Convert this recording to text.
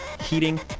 heating